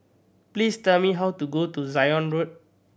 please tell me how to get to Zion Road